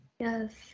Yes